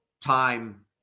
time